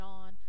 on